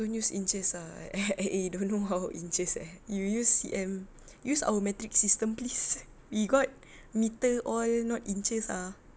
don't use inches ah eh eh don't know how inches eh you use C_M use our metric system please we got metre all not inches ah